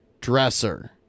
dresser